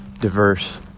diverse